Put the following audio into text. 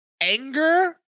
anger